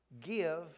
give